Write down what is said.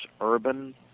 urban